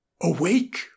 Awake